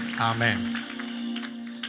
amen